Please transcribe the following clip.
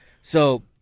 So-